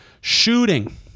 shooting